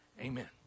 Amen